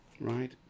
right